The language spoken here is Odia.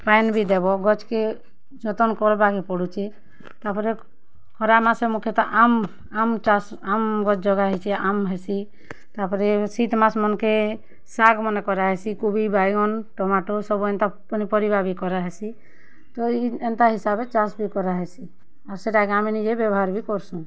ପାଏନ୍ ବି ଦେବ ଗଛ୍କେ ଯତନ୍ କର୍ବାକେ ପଡ଼ୁଛେ ତା'ର୍ପରେ ଖରା ମାସେ ମୁଖ୍ୟତଃ ଆମ୍ବ୍ ଆମ୍ବ୍ ଚାଷ ଆମ୍ବ୍ ଗଛ୍ ଯଗା ହେଇଛେ ଆମ୍ବ୍ ହେସି ତା'ର୍ପରେ ଶୀତ୍ ମାସ୍ ମାନ୍କେ ଶାଗ୍ ମାନେ କରାହେସି କୁବି ବାଇଗନ୍ ଟମାଟୋ ସବୁ ଏନ୍ତା ପନିପରିବା ବି କରାହେସି ତ ଏନ୍ତା ହିସାବେ ଚାଷ୍ ବି କରାହେସି ଆଉ ସେଟା ଏକା ଆମେ ନିଜେ ବ୍ୟବହାର୍ ବି କର୍ସୁଁ